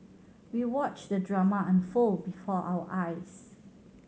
we watched the drama unfold before our eyes